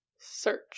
Search